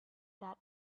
that